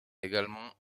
également